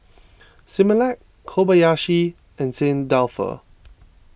Similac Kobayashi and Saint Dalfour